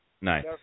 Nice